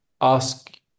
Ask